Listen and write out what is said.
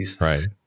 right